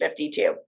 52